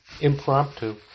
impromptu